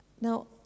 Now